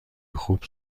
خوب